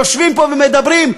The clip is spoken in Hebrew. יושבים פה ומדברים.